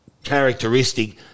characteristic